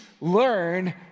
learn